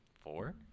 Four